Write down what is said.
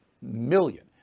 million